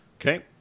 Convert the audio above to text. Okay